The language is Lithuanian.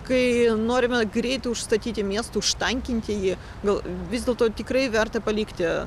kai norime greitai užstatyti miestą už tankinti ji gal vis dėlto tikrai verta palikti